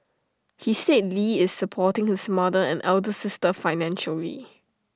he said lee is supporting his mother and elder sister financially